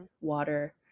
water